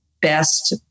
best